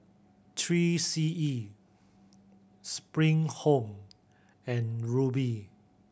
Three C E Spring Home and Rubi